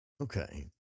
Okay